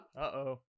Uh-oh